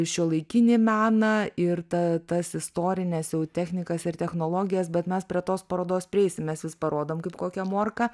šiuolaikinį meną ir ta tas istorines jau technikas ir technologijas bet mes prie tos parodos prieisim mes vis parodom kaip kokią morką